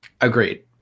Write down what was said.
Agreed